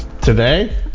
today